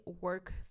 work